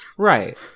right